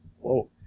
whoa